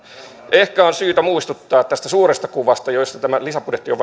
ehkä on syytä muistuttaa tästä suuresta kuvasta josta tämä lisäbudjetti on